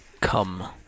Come